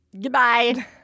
Goodbye